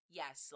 yes